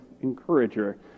encourager